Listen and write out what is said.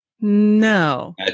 No